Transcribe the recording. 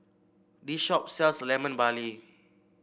this shop sells Lemon Barley